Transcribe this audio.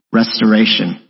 restoration